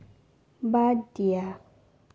বাদ দিয়া